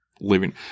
living